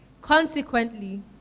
Consequently